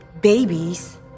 babies